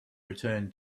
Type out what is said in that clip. return